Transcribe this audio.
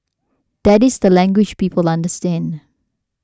that is the language people understand